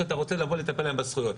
או שאתה רוצה לבוא לטפל להם בזכויות.